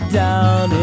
down